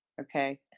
okay